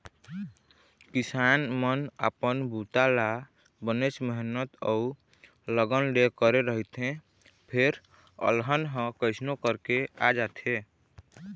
किसान मन अपन बूता ल बनेच मेहनत अउ लगन ले करे रहिथे फेर अलहन ह कइसनो करके आ जाथे